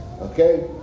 okay